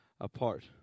apart